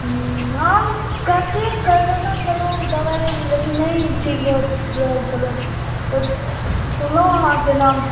हूँ हम कते करबेलहुॅं छलहुॅं दबाइ लेकिन नहि ठीक भेल छलै सुनलहुॅं अहाँ के नाम